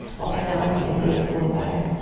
i'll turn out so you can see this a little better.